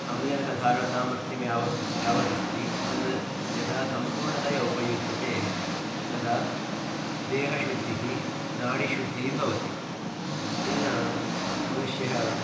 आम्लजनकधारणसामर्थ्यं यावत् यावदस्ति तत् यदा सम्पूर्णतया उपयुज्यते तदा देहशुद्धिः नाडिशुद्धिः भवति तेन मनुष्यः